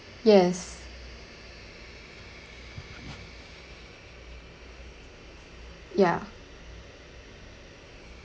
yes ya